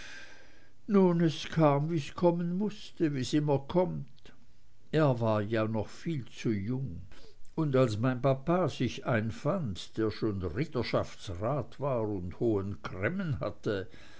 nun es kam wie's kommen mußte wie's immer kommt er war ja noch viel zu jung und als mein papa sich einfand der schon ritterschaftsrat war und hohen cremmen hatte